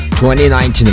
2019